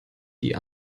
die